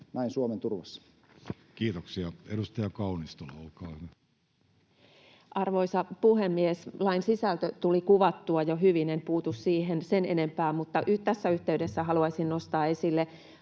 annetun lain muuttamisesta Time: 13:25 Content: Arvoisa puhemies! Lain sisältö tuli kuvattua jo hyvin. En puutu siihen sen enempää. Mutta tässä yhteydessä haluaisin nostaa esille